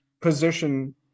position